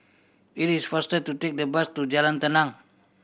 it is faster to take the bus to Jalan Tenang